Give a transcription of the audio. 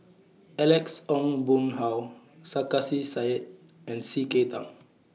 Alex Ong Boon Hau Sarkasi Said and C K Tang